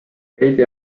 veidi